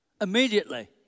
Immediately